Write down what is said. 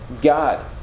God